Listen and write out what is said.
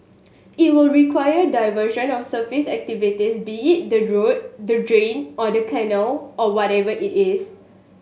it will require diversion of surface activities be it the road the drain or the canal or whatever it is